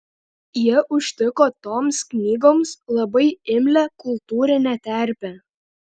jie užtiko toms knygoms labai imlią kultūrinę terpę